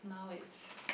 now it's